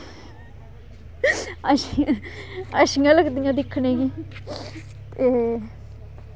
अच्छी अच्छियां लगदियां दिक्खने गी ते